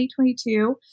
2022